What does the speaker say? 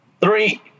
Three